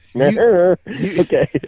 Okay